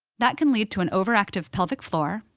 that can lead to an overactive pelvic floor,